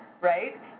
right